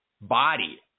body